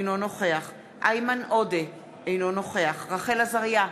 אינו נוכח איימן עודה, אינו נוכח רחל עזריה,